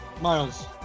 Miles